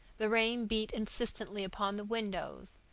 the rain beat insistently upon the windows,